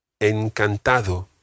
Encantado